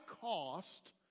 cost